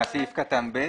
סעיף קטן (ב)?